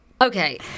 okay